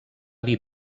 dir